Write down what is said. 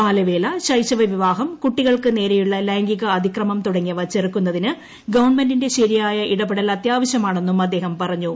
ബാലവേല ശൈശവ വിവാഹം കൂട്ടികൾക്ക് നേരെയുള്ള ലൈംഗികാതിക്രമം തുടങ്ങിയവ ചെറുക്കുന്നതിന് ഗവൺമെന്റിന്റെ ശരിയായ ഇടപെടൽ അത്യാവശ്യമാണെന്നും അദ്ദേഹം പറഞ്ഞു